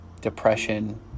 depression